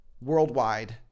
worldwide